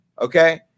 Okay